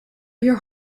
your